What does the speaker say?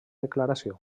declaració